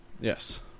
Yes